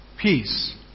peace